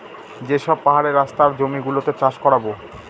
যে সব পাহাড়ের রাস্তা আর জমি গুলোতে চাষ করাবো